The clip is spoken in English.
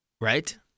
right